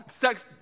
sex